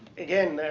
again,